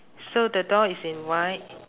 so the door is in white